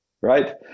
right